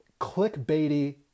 clickbaity